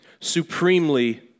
Supremely